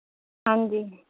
ਹਾਂਜੀ